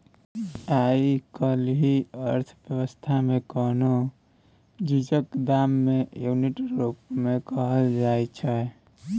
आइ काल्हिक अर्थ बेबस्था मे कोनो चीजक दाम केँ युनिट रुप मे कहल जाइ छै